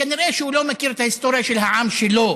כנראה הוא לא מכיר את ההיסטוריה של העם שלו